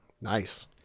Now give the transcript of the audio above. Nice